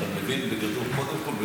קודם כול,